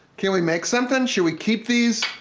can we make something? should we keep these?